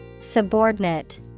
Subordinate